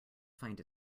find